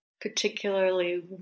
particularly